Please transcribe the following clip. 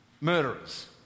Murderers